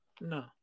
No